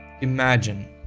imagine